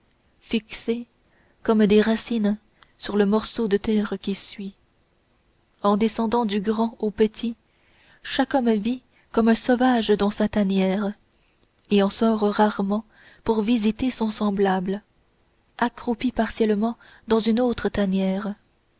fixés comme des racines sur le morceau de terre qui suit en descendant du grand au petit chaque homme vit comme un sauvage dans sa tanière et en sort rarement pour visiter son semblable accroupi pareillement dans une autre tanière